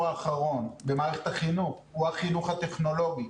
האחרון במערכת החינוך הוא החינוך הטכנולוגי.